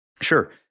Sure